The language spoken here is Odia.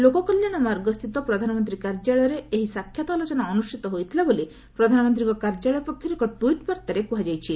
ଲୋକ କଲ୍ୟାଣ ମାର୍ଗ ସ୍ଥିତ ପ୍ରଧାନମନ୍ତ୍ରୀ କାର୍ଯ୍ୟାଳୟରେ ଏହି ସାକ୍ଷାତ ଆଲୋଚନା ଅନୁଷ୍ଠିତ ହୋଇଥିଲା ବୋଲି ପ୍ରଧାନମନ୍ତ୍ରୀଙ୍କ କାର୍ଯ୍ୟାଳୟ ପକ୍ଷରୁ ଏକ ଟ୍ୱିଟ୍ ବାର୍ତ୍ତାରେ କୁହାଯାଇଛି